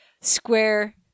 square